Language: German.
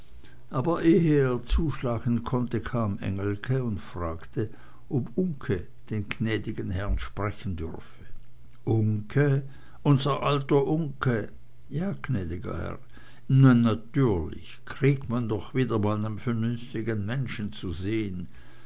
aber ehe er zuschlagen konnte kam engelke und fragte ob uncke den gnädigen herrn sprechen dürfe uncke unser alter uncke ja gnäd'ger herr na natürlich kriegt man doch mal wieder nen vernünftigen menschen zu sehn